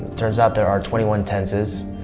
turns out there are twenty one tenses,